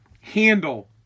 handle